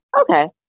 Okay